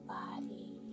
body